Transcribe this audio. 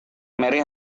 mary